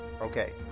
Okay